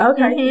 Okay